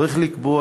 צריך לקבוע